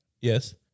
Yes